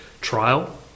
trial